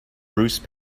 bruce